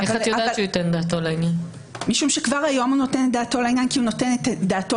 אני יודעת זאת כי כבר היום הוא נותן דעתו לעניין כי נותן דעתו